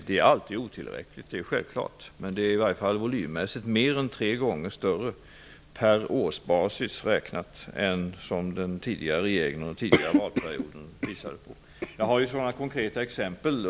Det arbete som utförs är alltid otillräckligt, det är självklart, men det är i varje fall på årsbasis räknat volymmässigt mer än tre gånger större än vad den tidigare regeringen åstadkom under den tidigare valperioden.